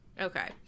Okay